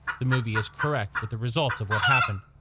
the movie is correct with the results of what happened.